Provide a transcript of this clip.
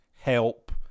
help